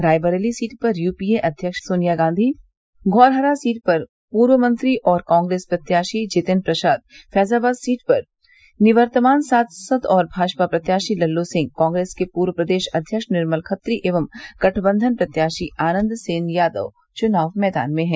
Raebareli seat पर UPA अध्यक्ष Sonia Gandhi Dhaurahra seat पर पूर्व मंत्री और कांग्रेस प्रत्याशी जितिन प्रसाद फैजाबाद सीट पर निवर्तमान सांसद और भाजपा प्रत्याशी लल्लू सिंह कांग्रेस के पूर्व प्रदेश अध्यक्ष निर्मल खत्री एवं गठबंधन प्रत्याशी आनन्द सेन यादव चुनाव मैदान में हैं